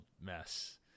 mess